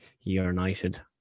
United